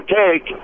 take